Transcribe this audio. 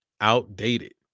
outdated